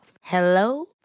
Hello